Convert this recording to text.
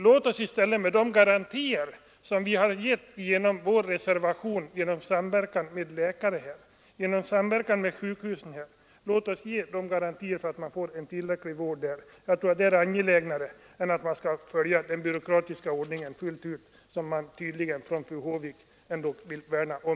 Låt oss i stället, med de garantier som i reservationen föreslås att man skall ge — genom samverkan med läkare och sjukhus —, se till att ge människorna en tillräcklig vård. Jag tror att det är angelägnare än att fullt ut följa den byråkratiska ordning som fru Håvik tydligen vill värna om.